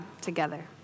together